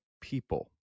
people